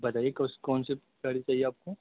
بتائیے کس کون سی گاڑی چاہیے آپ کو